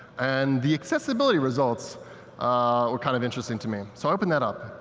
and the accessibility results were kind of interesting to me. so i opened that up,